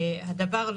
לפי הרישומים שלנו,